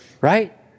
Right